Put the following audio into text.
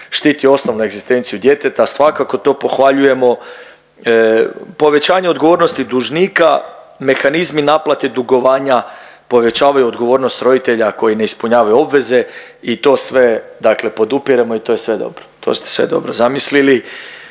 štiti osnovnu egzistenciju djeteta. Svakako to pohvaljujemo. Povećanje odgovornosti dužnika, mehanizmi naplate dugovanja povećavaju odgovornost roditelja koji ne ispunjavaju obveze i to sve dakle podupiremo i to je sve dobro. To ste sve dobro zamislili.